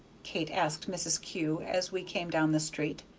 kate asked mrs. kew as we came down the street.